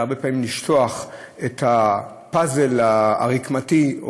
זה הרבה פעמים לשטוח את הפאזל הרקמתי,